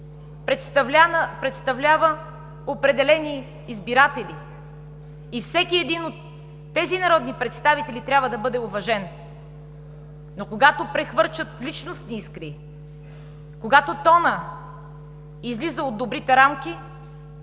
представлява определени избиратели и всеки един от тези народни представители трябва да бъде уважен. Когато обаче прехвърчат личностни искри, когато тонът излиза от добрите рамки,